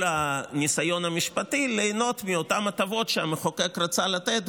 הניסיון המשפטי ליהנות מאותן הטבות שהמחוקק רצה לתת,